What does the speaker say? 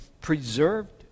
preserved